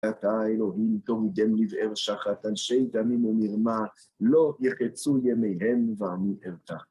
וְאַתָּה אֱלֹהִים תּוֹרִדֵם לִבְאֵר שַׁחַת אַנְשֵׁי דָמִים וּמִרְמָה לֹא יֶחֱצוּ יְמֵיהֶם וַאֲנִי אֶבְטַח בָּךְ